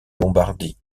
lombardie